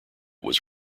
was